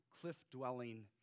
cliff-dwelling